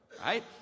right